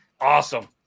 Awesome